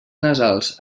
nasals